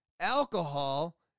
Alcohol